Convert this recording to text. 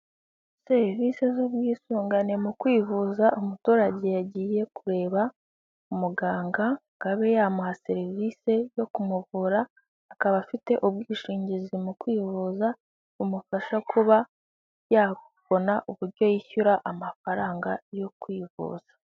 Serivisi z'ubwisungane mu kwivuza, umuturage yagiye kureba umuganga ngo abe yamuha serivisi yo kumuvura, akaba afite ubwishingizi mu kwivuza bumufasha kuba yabona uburyo yishyura amafaranga yo kwivuza.